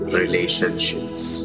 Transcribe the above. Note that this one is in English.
relationships